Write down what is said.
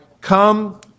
come